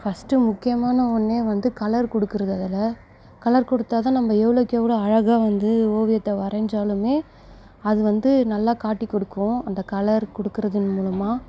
first முக்கியமான ஒன்று வந்து கலர் கொடுக்குறது அதில் கலர் கொடுத்தா தான் நம்ம எவ்வளோக்கெவ்ளோ அழகாக வந்து ஓவியத்தை வரைஞ்சாலும் அது வந்து நல்லா காட்டிக் கொடுக்கும் அந்த கலர் கொடுக்குறதன் மூலமாக